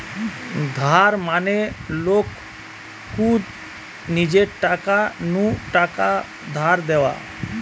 ধার মানে লোক কু নিজের টাকা নু টাকা ধার দেওয়া